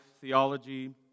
theology